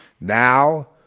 Now